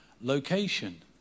location